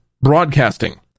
Broadcasting